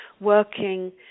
working